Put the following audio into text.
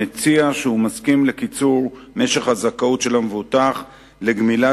המציע שהוא מסכים לקיצור משך הזכאות של המבוטח לגמלת